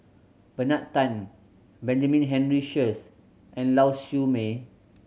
Bernard Tan Benjamin Henry Sheares and Lau Siew Mei